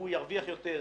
הוא ירוויח יותר,